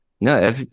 no